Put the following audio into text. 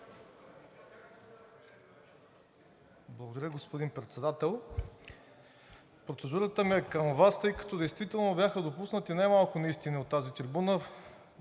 Благодаря, господин Председател. Процедурата ми е към Вас. Тъй като действително бяха допуснати немалко неистини от тази трибуна,